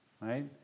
right